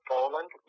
Poland